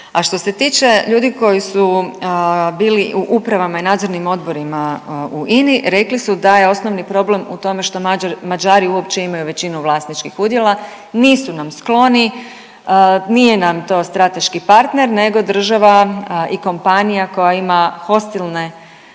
A što se tiče ljudi koji su bili u upravama i nadzornim odborima u Ini rekli su da je osnovni problem u tome što Mađari uopće imaju većinu vlasničkih udjela nisu nam skloni, nije nam to strateški partner nego država i kompanija koja ima hostilne